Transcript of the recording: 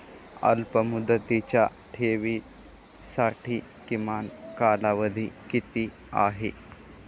अल्पमुदतीच्या ठेवींसाठी किमान कालावधी किती आहे?